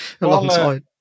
Alongside